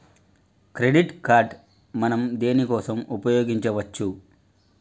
Credit card మనం దేనికోసం ఉపయోగించుకోవచ్చు?